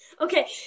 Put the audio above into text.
okay